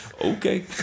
okay